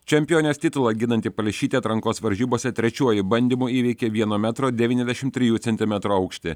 čempionės titulą ginanti palšytė atrankos varžybose trečiuoju bandymu įveikė vieno metro devyniasdešimt trijų centimetrų aukštį